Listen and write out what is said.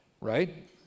right